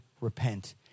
repent